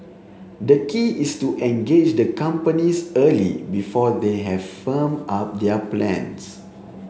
the key is to engage the companies early before they have firmed up their plans